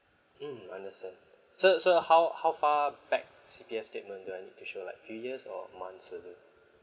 mm understand so so how how far back C_P_F statement do I need to show like few years or months early